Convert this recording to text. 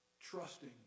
trusting